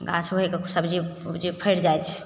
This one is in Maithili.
गाछ होइके सबजी ओबजी फड़ि जाइत छै